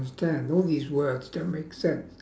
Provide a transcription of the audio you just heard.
I don't understand all these words don't make sense